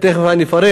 ותכף אני אפרט